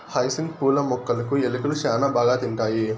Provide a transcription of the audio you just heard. hyacinth పూల మొక్కలును ఎలుకలు శ్యాన బాగా తింటాయి